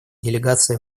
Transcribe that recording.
делегации